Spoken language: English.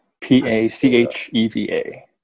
p-a-c-h-e-v-a